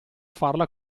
farla